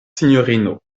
sinjorino